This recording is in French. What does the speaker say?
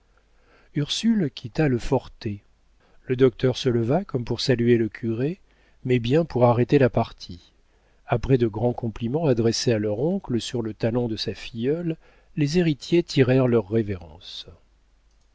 ursule quitta le forté le docteur se leva comme pour saluer le curé mais bien pour arrêter la partie après de grands compliments adressés à leur oncle sur le talent de sa filleule les héritiers tirèrent leur révérence